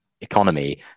economy